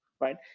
Right